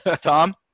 Tom